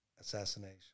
assassination